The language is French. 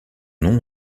nom